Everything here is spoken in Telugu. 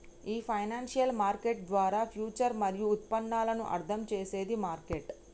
ఈ ఫైనాన్షియల్ మార్కెట్ ద్వారా ఫ్యూచర్ మరియు ఉత్పన్నాలను అర్థం చేసేది మార్కెట్